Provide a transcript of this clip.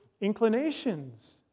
inclinations